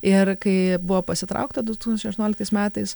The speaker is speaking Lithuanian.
ir kai buvo pasitraukta du tūkstančiai aštuonioliktais metais